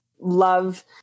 love